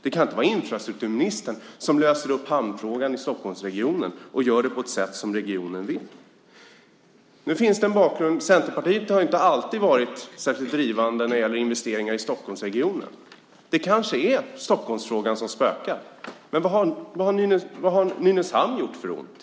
Det kan inte vara infrastrukturministern, som löser upp hamnfrågan i Stockholmsregionen på det sätt regionen vill. Centerpartiet har inte alltid varit särskilt drivande när det gäller investeringar i Stockholmsregionen. Det kanske är Stockholmsfrågan som spökar. Men vad har Nynäshamn gjort för ont?